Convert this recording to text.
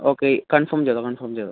okay confirm ചെയ്തോ confirm ചെയ്തോ